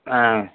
ஆ